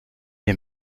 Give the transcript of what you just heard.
les